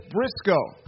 Briscoe